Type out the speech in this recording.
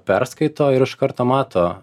perskaito ir iš karto mato